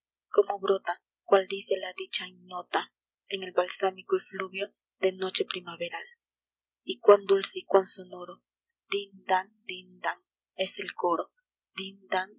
cómo brota cual dice la dicha ignota en el balsámico efluvio de noche primaveral y cuán dulce y cuán sonoro din dan din dan es el coro